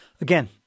again